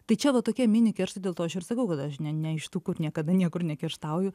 tai čia va tokie mini kerštai dėl to aš ir sakau kad aš ne iš tų kur niekada niekur nekerštauju